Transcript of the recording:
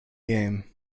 game